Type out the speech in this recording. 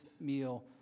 meal